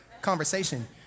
conversation